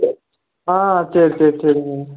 சரி ஆ சரி சரி சரிங்க